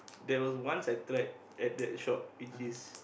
there was once I tried at that shop it is